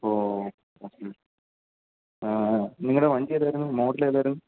ഓ ഓ ഓക്കേ നിങ്ങളുടെ വണ്ടി ഏതായിരുന്നു മോഡലേതായിരുന്നു